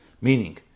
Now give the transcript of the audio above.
Meaning